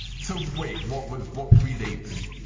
so wait, what was what pre-dates.